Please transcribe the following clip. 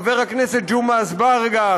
חבר הכנסת ג'מעה אזברגה,